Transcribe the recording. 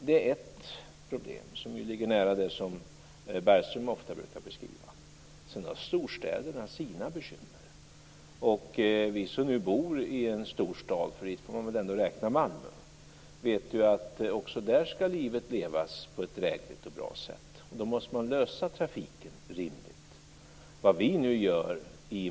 Det är ett problem som ligger nära det som Bergström ofta brukar beskriva. Sedan har storstäderna sina bekymmer. Vi som nu bor i en stor stad - dit får man väl ändå räkna Malmö - vet att livet skall levas på ett drägligt och bra sätt också där. Då måste man lösa trafikproblemen på ett rimligt sätt.